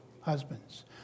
husbands